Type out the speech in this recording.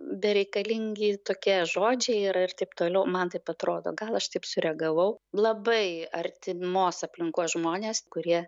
bereikalingi tokie žodžiai yra ir taip toliau man taip atrodo gal aš taip sureagavau labai artimos aplinkos žmonės kurie